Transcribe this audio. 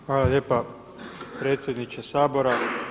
Hvala lijepa predsjedniče Sabora.